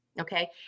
okay